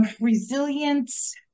resilience